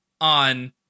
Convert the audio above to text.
on